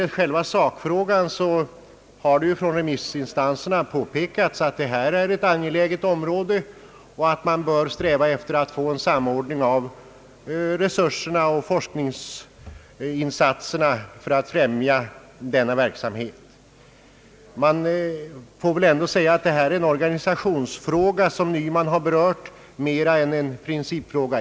Vad själva sakfrågan beträffar har remissinstanserna påpekat att vi bör eftersträva en samordning av resurserna och forskningsinsatserna för att främja verksamheten på det viktiga område det här gäller. Den fråga som herr Nyman berört får väl ändå sägas vara mera en organisationsfråga än en principfråga.